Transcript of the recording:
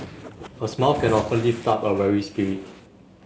a smile can often lift up a weary spirit